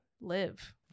live